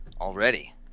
already